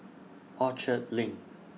Orchard LINK